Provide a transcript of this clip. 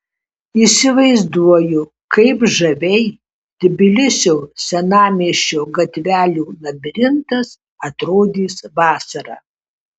įsivaizduoju kaip žaviai tbilisio senamiesčio gatvelių labirintas atrodys vasarą